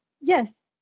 Yes